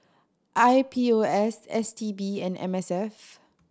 I P O S S T B and M S F